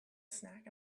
snack